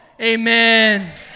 Amen